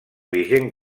vigent